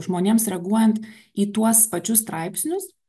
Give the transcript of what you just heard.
žmonėms reaguojant į tuos pačius straipsnius